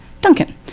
duncan